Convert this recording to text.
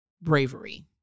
bravery